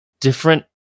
different